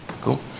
cool